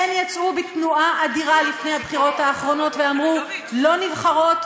הן יצאו בתנועה אדירה לפני הבחירות האחרונות ואמרו: לא נבחרות,